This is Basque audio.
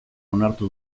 onartu